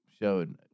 showed